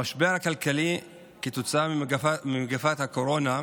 המשבר הכלכלי, כתוצאה ממגפת הקורונה,